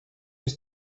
your